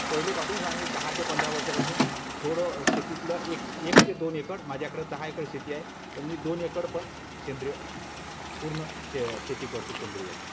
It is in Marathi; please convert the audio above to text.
पहिलेपासूनच आम्ही दहा ते पंधरा वर्षापासून थोडं शेतीतलं एक एक ते दोन एकड माझ्याकडं दहा एकड शेती आहे पण मी दोन एकड पण सेंद्रिय पूर्ण शे शेती करतो सेंद्रियाचं